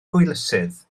hwylusydd